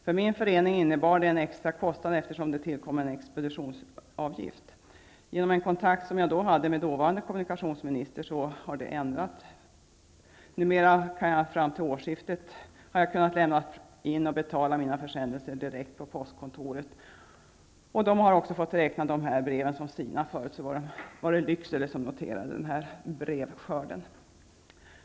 För min förening innebar det en extra kostnad eftersom det tillkom en expeditionsavgift. Tack vare en kontakt med den dåvarande kommunikationsministern har det här skett en ändring. Fram till årsskiftet har jag kunnat lämna in och betala mina försändelser direkt på postkontoret. Postkontoret har också kunnat tillgodoräkna sig de breven. Tidigare var det Lycksele som noterade den brevskörden.